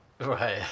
Right